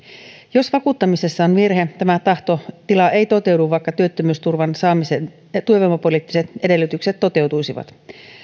jos vakuuttamisessa on virhe tämä tahtotila ei toteudu vaikka työttömyysturvan saamisen työvoimapoliittiset edellytykset toteutuisivat